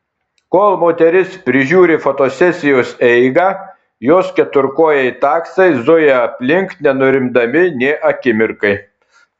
kol moteris prižiūri fotosesijos eigą jos keturkojai taksai zuja aplink nenurimdami nė akimirkai